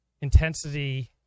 intensity